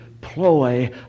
ploy